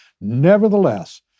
nevertheless